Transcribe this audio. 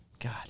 God